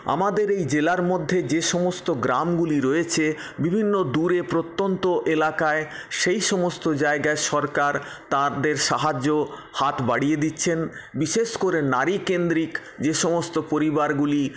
আমাদের এই জেলার মধ্যে যে সমস্ত গ্রামগুলি রয়েছে বিভিন্ন দূরে প্রত্যন্ত এলাকায় সেই সমস্ত জায়গায় সরকার তাদের সাহায্য হাত বাড়িয়ে দিচ্ছেন বিশেষ করে নারী কেন্দ্রিক যে সমস্ত পরিবারগুলি